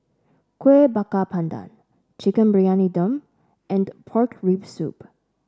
Kueh Bakar Pandan Chicken Briyani Dum and Pork Rib Soup